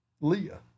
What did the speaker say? Leah